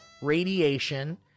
radiation